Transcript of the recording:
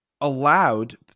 allowed